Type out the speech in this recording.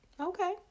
Okay